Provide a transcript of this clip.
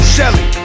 Shelly